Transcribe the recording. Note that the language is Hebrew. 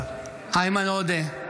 איימן עודה,